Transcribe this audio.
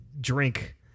drink